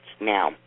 Now